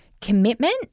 commitment